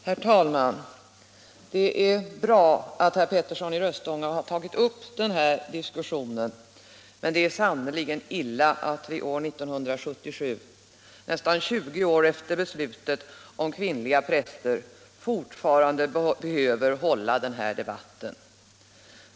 Herr talman! Det är bra att herr Petersson i Röstånga har tagit upp den här diskussionen, men det är sannerligen illa att vi år 1977, nästan 20 år efter beslutet om kvinnliga präster, fortfarande behöver föra den här debatten.